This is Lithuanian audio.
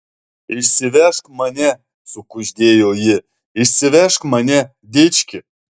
išsivežk mane sukuždėjo ji išsivežk mane dički